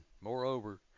Moreover